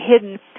hidden